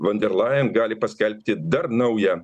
van der lajen gali paskelbti dar naują